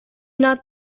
not